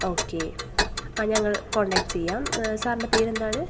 okay ആ ഞങ്ങൾ contact ചെയ്യാം സാറിൻ്റെ പേരെന്താണ്